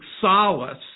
solace